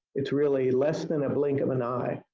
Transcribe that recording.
it's really less than a blink of an eye.